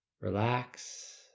Relax